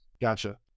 gotcha